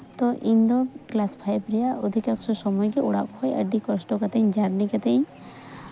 ᱛᱳ ᱤᱧᱫᱚ class five ᱨᱮᱭᱟᱜ ᱚᱫᱷᱤᱠᱟᱝᱥᱚ ᱥᱚᱢᱚᱭ ᱜᱮ ᱚᱲᱟᱜ ᱠᱷᱚᱡ ᱟᱹᱰᱤ ᱠᱚᱥᱴᱚ ᱠᱟᱛᱮᱫ ᱡᱟᱹᱨᱱᱤ ᱠᱟᱛᱮᱫ ᱤᱧ